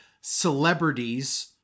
celebrities